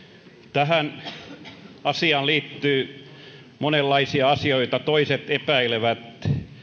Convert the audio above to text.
tähän asiaan liittyy monenlaisia asioita toiset epäilevät